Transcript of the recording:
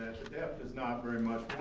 depth is not very much,